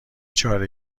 چاره